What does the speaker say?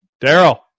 Daryl